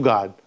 God